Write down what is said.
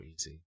easy